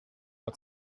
but